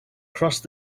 crossed